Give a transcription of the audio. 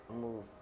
move